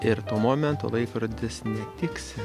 ir tuo momentu laikrodis netiksi